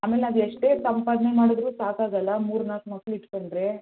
ಆಮೇಲೆ ಅದೆಷ್ಟೇ ಸಂಪಾದನೆ ಮಾಡಿದ್ರೂ ಸಾಕಾಗೋಲ್ಲ ಮೂರು ನಾಲ್ಕು ಮಕ್ಳು ಇಟ್ಕೊಂಡರೆ